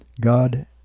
God